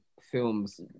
films